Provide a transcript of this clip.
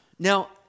Now